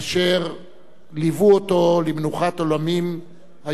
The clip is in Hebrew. ליוו אותו למנוחת עולמים היום בצהריים.